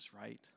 right